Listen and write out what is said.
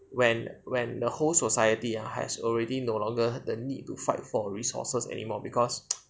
when when the whole society has already no longer the need to fight for resources anymore because